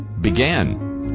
began